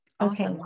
okay